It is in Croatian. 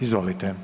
Izvolite.